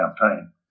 campaign